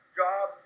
job